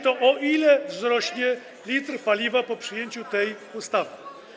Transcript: to o ile wzrośnie cena litra paliwa po przyjęciu tej ustawy?